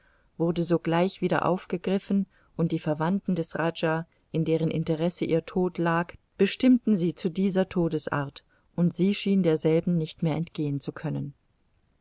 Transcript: wurde sogleich wieder aufgegriffen und die verwandten des rajah in deren interesse ihr tod lag bestimmten sie zu dieser todesart und sie schien derselben nicht mehr entgehen zu können